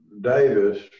Davis